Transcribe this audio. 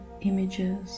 images